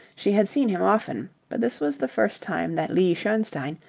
she had seen him often, but this was the first time that lee schoenstein,